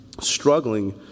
struggling